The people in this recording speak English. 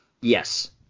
Yes